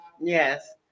yes